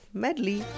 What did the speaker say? medley